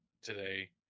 today